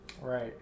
Right